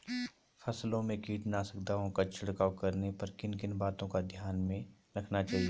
फसलों में कीटनाशक दवाओं का छिड़काव करने पर किन किन बातों को ध्यान में रखना चाहिए?